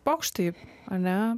pokštai ane